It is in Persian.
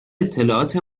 اطلاعات